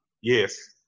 Yes